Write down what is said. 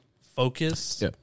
focus